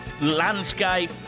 landscape